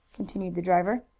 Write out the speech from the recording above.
continued the driver.